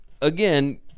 again